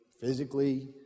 Physically